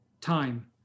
time